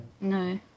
No